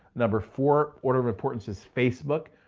number four, order of importance is facebook.